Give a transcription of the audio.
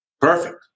Perfect